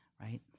right